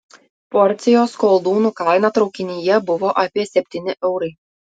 porcijos koldūnų kaina traukinyje buvo apie septyni eurai